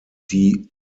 die